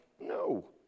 No